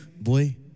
Boy